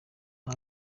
nta